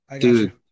Dude